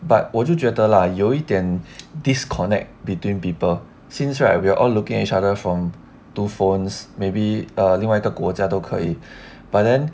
but 我就觉得啦有一点 disconnect between people since right we're all looking at each other from two phones maybe err 另外一个国家都可以 but then